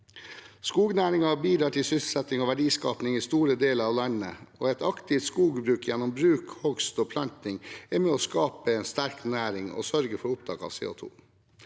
Skognæringen bidrar til sysselsetting og verdiskaping i store deler av landet. Et aktivt skogbruk gjennom bruk, hogst og planting er med på å skape en sterk næring og sørger for opptak av CO2.